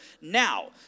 now